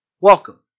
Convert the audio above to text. Welcome